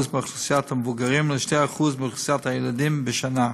מאוכלוסיית המבוגרים ו-2% מאוכלוסיית הילדים בשנה.